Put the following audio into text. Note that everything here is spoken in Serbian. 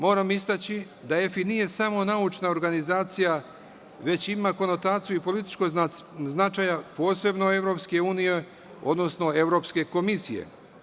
Moram istaći da EFI nije samo naučna organizacija, već ima konotaciju i politički značaj, posebno Evropske unije, odnosno Evropske komisije.